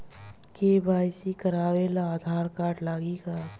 KYC करावे ला Aadhaar card लागी का?